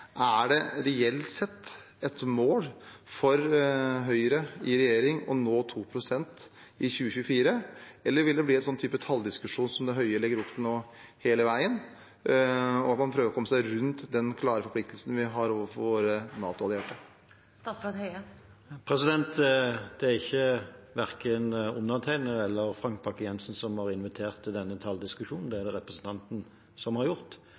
Er det reelt sett et mål for Høyre i regjering å nå 2 pst. i 2024? Eller vil det bli en sånn type talldiskusjon som det Høie legger opp til nå hele veien, og at man prøver å komme seg rundt den klare forpliktelsen vi har overfor våre NATO-allierte? Det er ikke verken undertegnede eller Frank Bakke-Jensen som har invitert til denne talldiskusjonen. Det er det representanten som har gjort.